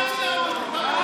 מאמינים וחצי ברבנות.